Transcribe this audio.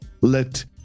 let